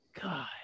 God